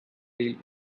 deal